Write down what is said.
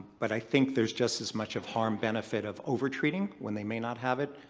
but i think there's just as much of harm-benefit of over-treating when they may not have it,